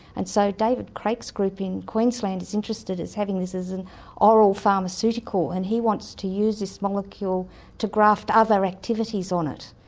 and so david craik's group in queensland is interested in having this as an oral pharmaceutical and he wants to use this molecule to graft other activities on it.